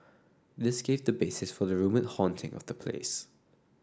this gave the basis for the rumoured haunting of the place